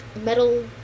metal